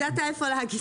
מצאת איפה להגיד את זה.